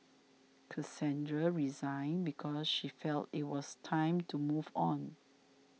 Cassandra resigned because she felt it was time to move on